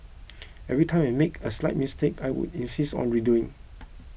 every time I make a slight mistake I would insist on redoing